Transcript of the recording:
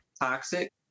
toxic